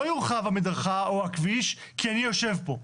לא יורחב המדרכה או הכביש כי אני יושב פה.